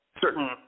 certain